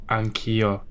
anch'io